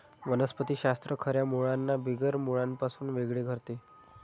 वनस्पति शास्त्र खऱ्या मुळांना बिगर मुळांपासून वेगळे करते